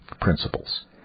principles